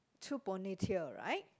two ponytail right